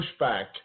pushback